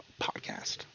podcast